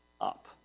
up